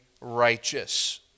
righteous